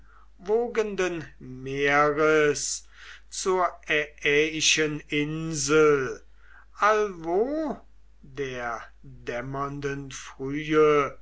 weithinwogenden meeres zur aiaiischen insel allwo der dämmernden frühe